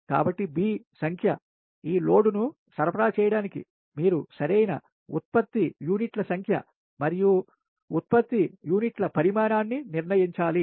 కాబట్టి b సంఖ్య ఈ లోడ్ ను సరఫరా చేయడానికి మీరు సరైన ఉత్పత్తి యూనిట్ల సంఖ్య మరియు ఉత్పత్తి యూనిట్ల పరిమాణాన్ని నిర్ణయించాలి